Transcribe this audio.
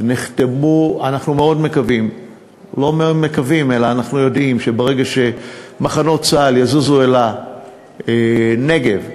אנחנו יודעים שברגע שמחנות צה"ל יזוזו אל הנגב,